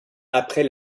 après